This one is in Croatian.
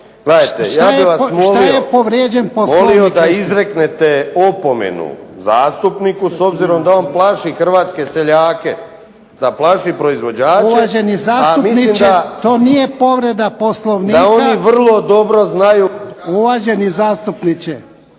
to nije povreda Poslovnika.